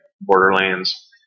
Borderlands